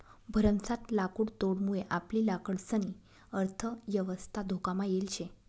भरमसाठ लाकुडतोडमुये आपली लाकडंसनी अर्थयवस्था धोकामा येल शे